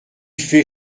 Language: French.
fait